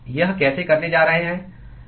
तो हम यह कैसे करने जा रहे हैं